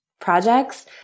projects